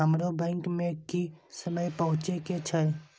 हमरो बैंक में की समय पहुँचे के छै?